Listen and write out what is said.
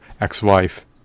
ex-wife